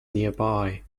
nearby